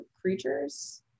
creatures